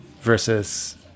Versus